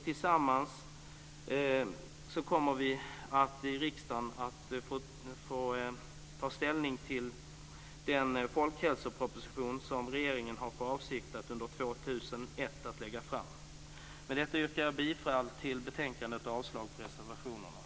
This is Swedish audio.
Tillsammans kommer vi att i riksdagen få ta ställning till den folkhälsoproposition som regeringen har för avsikt att lägga fram under Med detta yrkar jag bifall till hemställan i betänkandet och avslag på reservationerna.